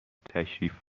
تشریف